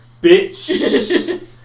bitch